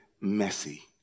Messy